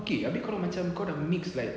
okay abeh kalau macam kau dah mix like